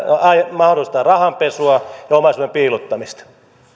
mahdollistaa rahanpesua ja omaisuuden piilottamista